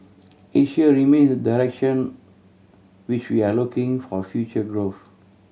Asia remains direction which we are looking for future growth